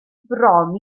bron